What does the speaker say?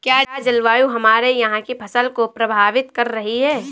क्या जलवायु हमारे यहाँ की फसल को प्रभावित कर रही है?